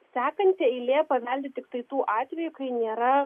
sekanti eilė paveldi tiktai tuo atveju kai nėra